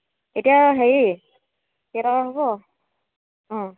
এতিয়া হেৰি কেইটকা হ'ব অঁ